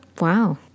wow